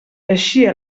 eixia